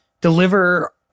deliver